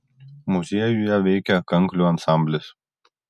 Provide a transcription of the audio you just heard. muziejuje veikia kanklių ansamblis